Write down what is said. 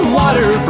water